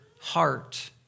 heart